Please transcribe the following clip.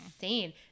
insane